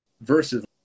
versus